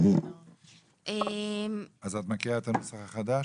את מקריאה את הנוסח החדש?